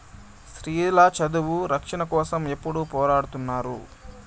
స్త్రీల చదువు రక్షణ కోసం ఎప్పుడూ పోరాడుతున్నారు